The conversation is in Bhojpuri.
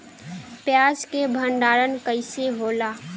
प्याज के भंडारन कइसे होला?